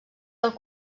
del